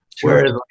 whereas